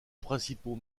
principaux